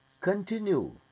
continue